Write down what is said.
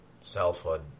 selfhood